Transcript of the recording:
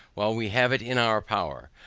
while we have it in our power,